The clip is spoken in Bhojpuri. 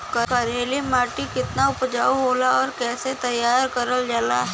करेली माटी कितना उपजाऊ होला और कैसे तैयार करल जाला?